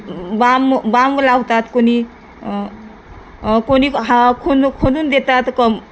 बांब बांब लावतात कोणी कोणी हा खोन खून देतात क